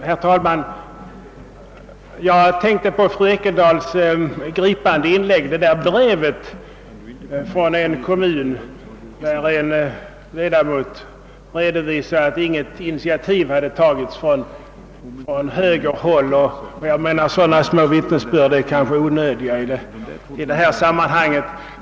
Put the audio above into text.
Herr talman! Jag tänkte på fru Ekendahls gripande inlägg i vilket hon refererade ett brev från en kommun där en ledamot redovisade, att inget initiativ hade tagits från högerhåll. Enligt min mening är sådana små vittnesbörd onödiga i det här sammanhanget.